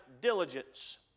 diligence